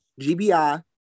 GBI